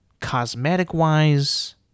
cosmetic-wise